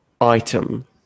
item